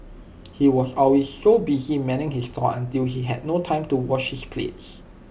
he was always so busy manning his stall until he had no time to wash his plates